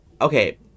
okay